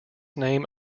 name